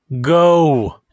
Go